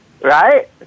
Right